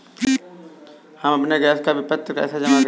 हम अपने गैस का विपत्र कैसे जमा करें?